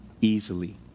easily